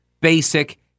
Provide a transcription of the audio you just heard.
basic